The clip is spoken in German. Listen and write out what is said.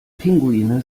pinguine